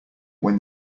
when